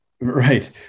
Right